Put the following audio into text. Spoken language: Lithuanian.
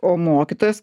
o mokytojas